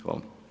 Hvala.